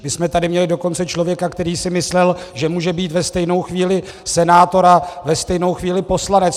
My jsme tady měli dokonce člověka, který si myslel, že může být ve stejnou chvíli senátor a ve stejnou chvíli poslanec.